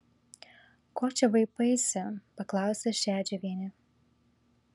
ko čia vaipaisi paklausė šedžiuvienė